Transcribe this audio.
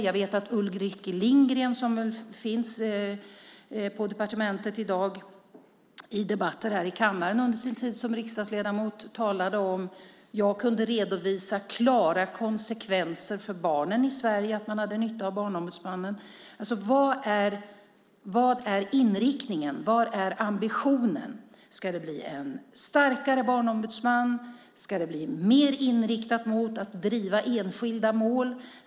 Jag vet att Ulrik Lindgren, som finns på departementet i dag, i debatter här i kammaren under sin tid som riksdagsledamot talade om det, kunde redovisa klara konsekvenser för barnen i Sverige, att man hade nytta av Barnombudsmannen. Jag undrar alltså: Vad är inriktningen? Vad är ambitionen? Ska det bli en starkare barnombudsman? Ska den bli mer inriktad mot att driva enskilda mål?